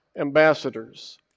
ambassadors